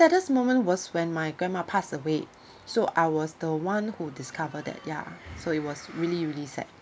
saddest moment was when my grandma passed away so I was the one who discover that ya so it was really really sad